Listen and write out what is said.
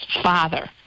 father